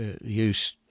use